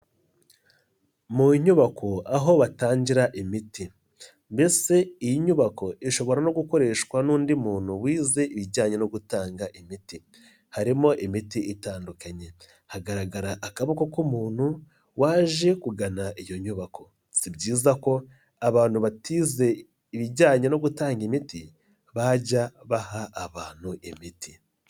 Mu nyubako aho batangira imiti, mbese iyi nyubako ishobora no gukoreshwa n'undi muntu wize ibijyanye no gutanga imiti. Harimo imiti itandukanye, hagaragara akaboko k'umuntu waje kugana iyo nyubako. Si byiza ko abantu batize ibijyanye no gutanga imiti, bajya baha abantu imiti.